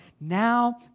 Now